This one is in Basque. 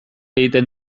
egiten